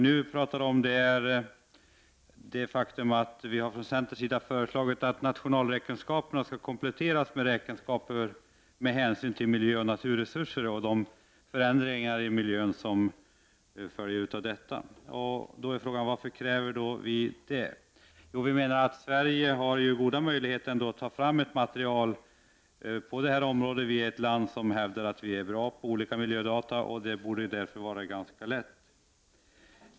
Nu talar vi om det faktum att vi från centerns sida har föreslagit att nationalräkenskaperna skall kompletteras med räkenskaper som tar hänsyn till miljö och naturresurser och de förändringar i miljön som följer härav. Varför kräver vi då detta? Sverige har goda möjligheter att ta fram ett material på detta område. Sverige är ett land som hävdar att det är bra på olika miljödata. Därför borde detta vara ganska lätt.